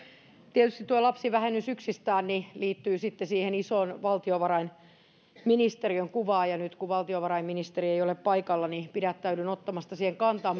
tietysti tuo lapsivähennys yksistään liittyy sitten siihen isoon valtiovarainministeriön kuvaan ja nyt kun valtiovarainministeri ei ole paikalla pidättäydyn ottamasta siihen kantaa